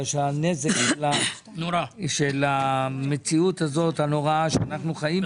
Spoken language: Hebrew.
שהנזק של המציאות הזאת הנוראה שאנחנו חיים בה,